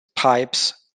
pipes